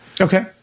Okay